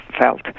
felt